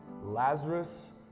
Lazarus